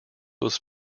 was